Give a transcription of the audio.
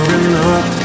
enough